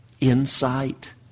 insight